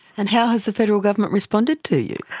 and how has the federal government responded to you?